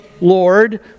Lord